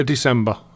December